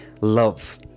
Love